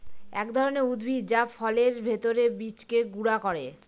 এক ধরনের উদ্ভিদ যা ফলের ভেতর বীজকে গুঁড়া করে